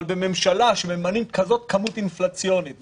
אבל בממשלה שממנים כמות כזאת אינפלציונית,